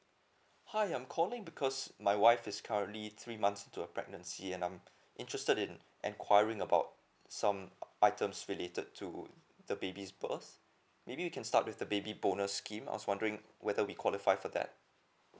hi I'm calling because my wife is currently three months to a pregnancy and I'm interested in enquiry about some items related to the babies birth maybe you can start with the baby bonus scheme I was wondering whether we qualify for that